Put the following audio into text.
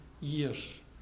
years